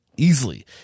Easily